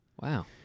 Wow